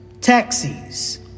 taxis